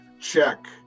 check